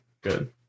good